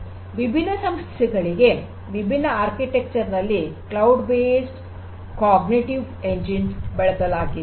ವಿಭಿನ್ನ ಸಮಸ್ಯೆ ಗಳಿಗೆ ವಿಭಿನ್ನ ವಾಸ್ತುಶಿಲ್ಪದಲ್ಲಿ ಕ್ಲೌಡ್ ಆಧಾರಿತ ಕಾಗ್ನಿಟಿವ್ ಎಂಜಿನ್ ಬಳಸಲಾಗಿದೆ